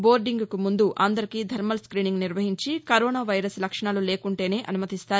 బోర్దింగ్కు ముందు అందరికీ thermal screening నిర్వహించి కరోనా వైరస్ లక్షణాలు లేకుంటేనే అనుమతిస్తారు